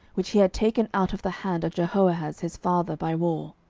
which he had taken out of the hand of jehoahaz his father by war.